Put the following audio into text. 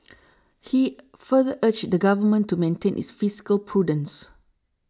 he further urged the Government to maintain its fiscal prudence